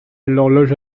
l’horloge